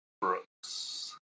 Brooks